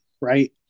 right